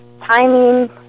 timing